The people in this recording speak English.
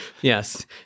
Yes